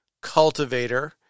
cultivator